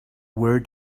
were